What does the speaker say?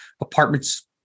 apartments